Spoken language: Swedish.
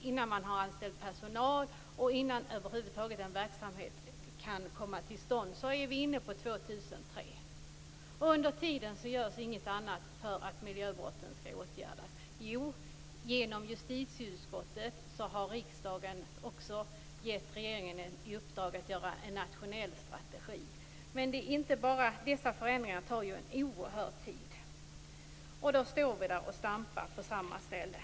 Innan man har anställt personal och en verksamhet kan komma till stånd är vi framme vid år 2003. Under tiden görs inget för att miljöbrotten skall åtgärdas. Jo, genom justitieutskottet har riksdagen givit regeringen i uppdrag att göra en nationell strategi. Men dessa förändringar tar en oerhörd tid, och då står vi där och stampar på samma ställe.